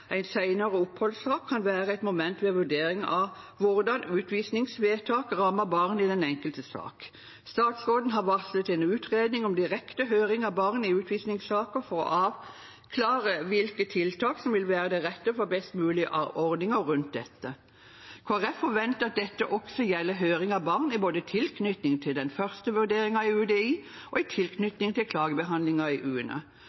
en senere oppholdssak kan være et moment ved vurdering av hvordan utvisningsvedtaket rammer barnet i den enkelte sak. Statsråden har varslet en utredning om direkte høring av barn i utvisningssaker for å avklare hvilke tiltak som vil være de rette for best mulige ordninger rundt dette. Kristelig Folkeparti forventer at dette også gjelder høring av barn både i tilknytning til den første vurderingen i UDI og i tilknytning til klagebehandlingen i UNE.